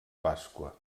pasqua